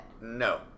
No